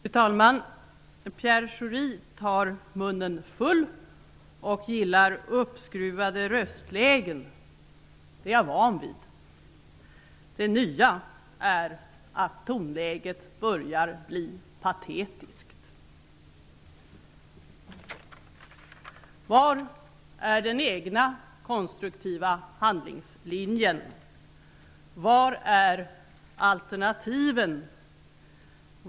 Fru talman! Pierre Schori tar munnen full och gillar uppskruvade röstlägen. Det är jag van vid. Det nya är att tonläget börjar bli patetiskt. Var är den egna konstruktiva handlingslinjen? Var är alternativen?